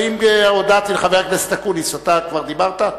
חבר הכנסת אקוניס, אתה עכשיו, בבקשה.